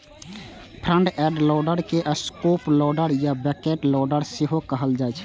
front end loader के scoop loader या bucket loader सेहो कहल जाइ छै